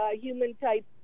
human-type